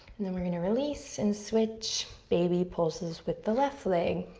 and then we're gonna release and switch. baby pulses with the left leg,